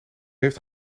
heeft